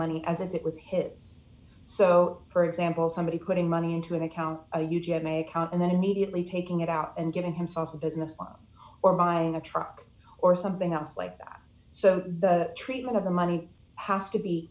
money as if it was his so for example somebody putting money into an account a you have my account and then immediately taking it out and getting himself a business loan or buying a truck or something else like so the treatment of the money has to be